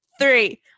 three